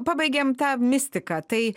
pabaigėm tą mistiką tai